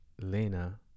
Lena